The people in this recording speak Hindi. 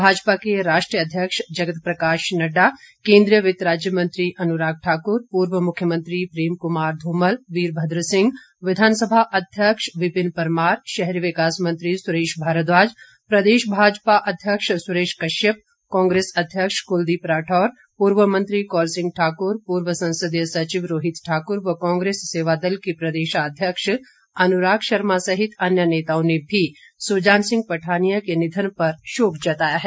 भाजपा के राष्ट्रीय अध्यक्ष जगत प्रकाश नड्डा केन्द्रीय वित्त राज्य मंत्री अनुराग ठाकुर पूर्व मुख्यमंत्री प्रेम कुमार धूमल वीरभद्र सिंह विधानसभा अध्यक्ष विपिन परमार शहरी विकास मंत्री सुरेश भारद्वाज प्रदेश भाजपा अध्यक्ष सुरेश कश्यप कांग्रेस अध्यक्ष कुलदीप राठौर पूर्व मंत्री कौल सिंह ठाकुर पूर्व संसदीय सचिव रोहित ठाकुर व कांग्रेस सेवादल के प्रदेशाध्यक्ष अनुराग शर्मा सहित अन्य नेताओं ने भी सुजान सिंह पठानिया के निधन पर शोक जताया है